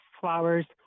flowers